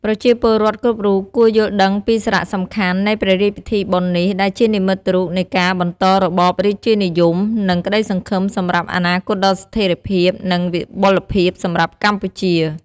ប្រជាពលរដ្ឋ គ្រប់រូប គួរយល់ដឹង ពី សារៈសំខាន់ នៃ ព្រះរាជពិធីបុណ្យនេះ ដែលជានិមិត្តរូបនៃការបន្តរបបរាជានិយម និង ក្តីសង្ឃឹម សម្រាប់ អនាគតដ៏ស្ថេរភាព និង វិបុលភាព សម្រាប់កម្ពុជា។